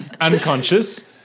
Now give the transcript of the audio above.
unconscious